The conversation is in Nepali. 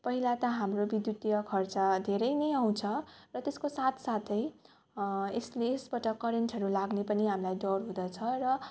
पहिला त हाम्रो विद्युतीय खर्च धेरै नै आउँछ र त्यसको साथसाथै यसले यसबाट करेन्टहरू लाग्ने पनि हामीलाई डर हुँदछ र